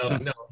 No